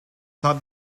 not